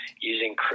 using